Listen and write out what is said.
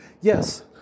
Yes